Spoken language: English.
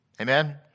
Amen